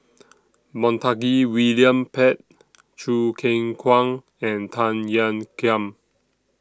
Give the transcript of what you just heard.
Montague William Pett Choo Keng Kwang and Tan Ean Kiam